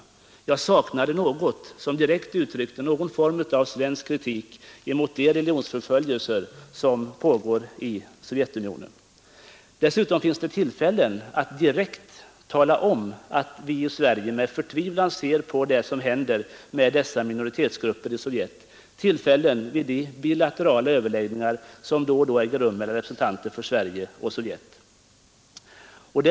Men jag saknade något som direkt uttryckte någon form av svensk kritik mot de religionsförföljelser som pågår i Sovjetunionen. Dessutom finns det vid de bilaterala förhandlingar som då och då äger rum mellan representanter för Sverige och Sovjetunionen tillfällen att direkt tala om att vi i Sverige med förtvivlan ser på det som händer med dessa minoritetsgrupper i Sovjetunionen.